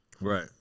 Right